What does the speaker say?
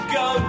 go